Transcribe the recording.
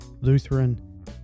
Lutheran